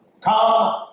Come